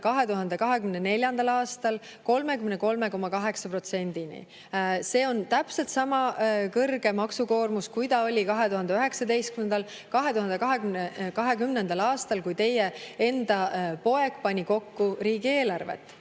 2024. aastal 33,8%‑ni. See on täpselt sama kõrge maksukoormus, kui ta oli 2019., 2020. aastal, kui teie enda poeg pani kokku riigieelarvet